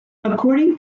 according